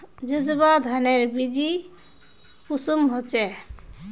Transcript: जसवा धानेर बिच्ची कुंसम होचए?